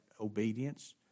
obedience